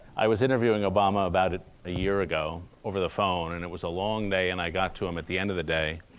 i was interviewing obama about a year ago over the phone and it was a long day and i got to him at the end of the day.